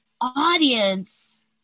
audience